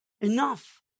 enough